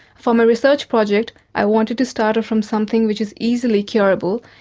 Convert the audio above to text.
for my research project i wanted to start from something which is easily curable,